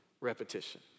repetition